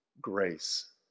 grace